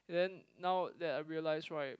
then now that I realize right